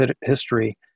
history